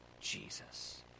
Jesus